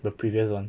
the previous [one]